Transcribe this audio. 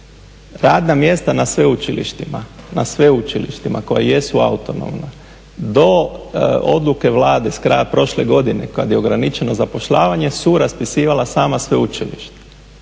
Radna mjesta na sveučilištima koja jesu autonomna do odluke Vlade s kraja prošle godine kada je ograničeno zapošljavanje su raspisivala sama sveučilišta,